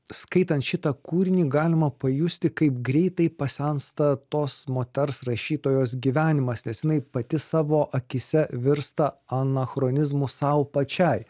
skaitant šitą kūrinį galima pajusti kaip greitai pasensta tos moters rašytojos gyvenimas nes jinai pati savo akyse virsta anachronizmu sau pačiai